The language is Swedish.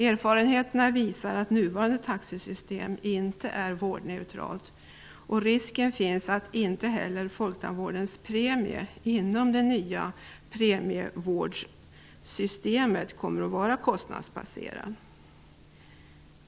Erfarenheterna visar att nuvarande taxesystem inte är vårdneutralt. Risken finns att inte heller folktandvårdens premie inom det nya premietandvårdssystemet kommer att vara kostnadsbaserad.